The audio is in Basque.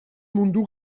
mundu